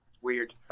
weird